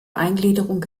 eingliederung